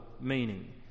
meaning